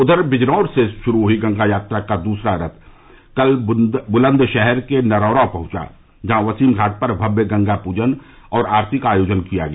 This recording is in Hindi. उधर बिजनौर से शुरू हुई गंगा यात्रा का दूसरा रथ कल बुलंदशहर के नरौरा पहुंचा जहां वसीघाट पर भव्य गंगा पूजन और आरती का आयोजन किया गया